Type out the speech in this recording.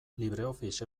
libreoffice